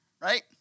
right